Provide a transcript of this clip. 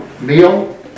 meal